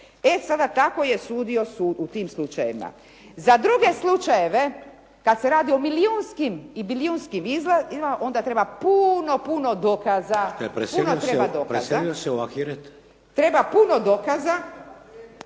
E sada, kako je sudio sud u tim slučajevima. Za druge slučajeve kada se radi o milijunskim i bilijunskim iznosima onda treba puno, puno dokaza. **Šeks, Vladimir (HDZ)**